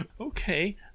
Okay